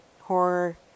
horror